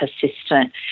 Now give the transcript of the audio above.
persistent